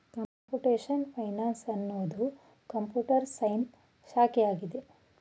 computation finance ಎನ್ನುವುದು computer science ಶಾಖೆಯಾಗಿದೆ